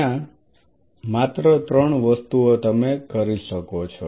ત્યાં માત્ર ત્રણ વસ્તુઓ તમે કરી શકો છો